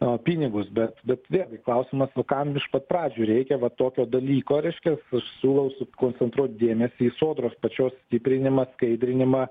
pinigus bet bet vėlgi klausimas nu kam iš pat pradžių reikia va tokio dalyko reiškias aš siūlau sukoncentruot dėmesį į sodros pačios stiprinimą skaidrinimą